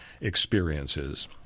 experiences